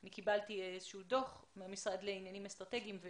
קיבלתי איזשהו דוח מהמשרד לעניינים אסטרטגיים.